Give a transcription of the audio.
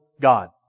God